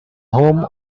home